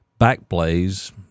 Backblaze